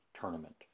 tournament